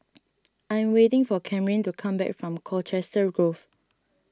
I am waiting for Camryn to come back from Colchester Grove